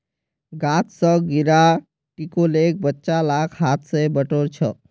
गाछ स गिरा टिकोलेक बच्चा ला हाथ स बटोर छ